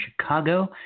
Chicago